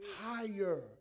higher